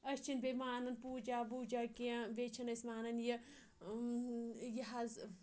أسۍ چھِنہٕ بیٚیہِ مانان پوٗجا ووٗجا کینٛہہ بیٚیہِ چھِنہٕ أسۍ مانان یہِ یہِ حظ